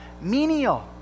menial